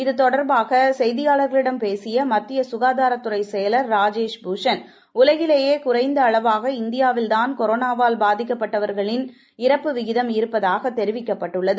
இது தொடர்பாக செய்தியாளர்களிடம் பேசிய மத்திய சுகாதார செயலர் ராஜேஷ் பூஷன் உலகிலேயே குறைந்த அளவாக இந்தியாவில் தான் கொரோனாவால் பாதிக்கப்பட்டவர்களின் விகிதம் குறைவாக இருப்பதாக தெரிவிக்கப்பட்டுள்ளது